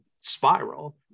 spiral